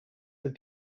that